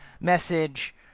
message